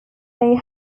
they